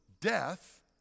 death